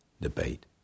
debate